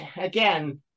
again